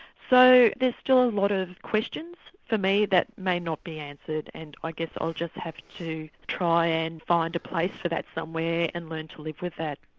so there are still a lot of questions for me that may not be answered and i guess i'll just have to try and find a place for that somewhere and learn to live with that.